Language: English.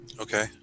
Okay